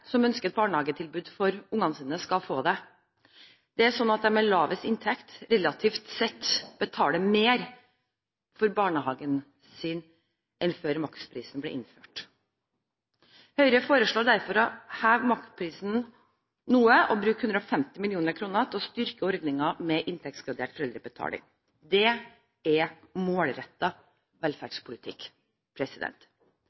som ønsker et barnehagetilbud for ungene sine, skal få det. Det er sånn at de med lavest inntekt relativt sett betaler mer for barnehagen sin enn før maksprisen ble innført. Høyre foreslår derfor å heve maksprisen noe og bruke 150 mill. kr til å styrke ordningen med inntektsgradert foreldrebetaling. Det er